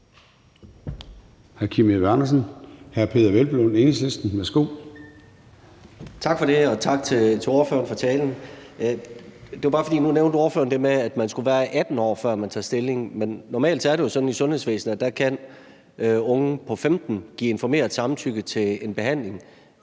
værsgo. Kl. 21:11 Peder Hvelplund (EL): Tak for det, og tak til ordføreren for talen. Det var bare, fordi ordføreren nu nævnte det med, at man skulle være 18 år, før man tager stilling. Men normalt er det jo sådan i sundhedsvæsenet, at unge på 15 år kan give informeret samtykke til en behandling.